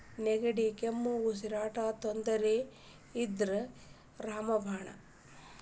ನೆಗಡಿ, ಕೆಮ್ಮು, ಉಸಿರಾಟದ ತೊಂದ್ರಿಗೆ ಇದ ರಾಮ ಬಾಣ